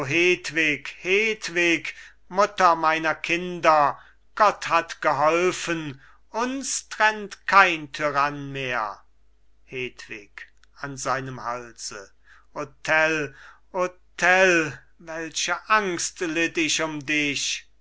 mutter meiner kinder gott hat geholfen uns trennt kein tyrann mehr hedwig an seinem halse o tell tell welche angst litt ich um dich